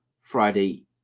friday